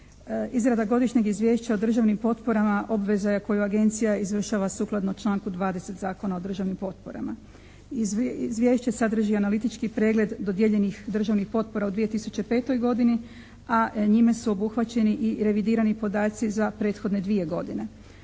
Izrada Godišnjeg izvješća o državnim potporama obveza je koju Agencija izvršava sukladno članku 20. Zakona o državnim potporama. Izvješće sadrži analitički pregled dodijeljenih državnih potpora u 2005. godini a njime su obuhvaćeni i revidirani podaci za prethodne dvije godine.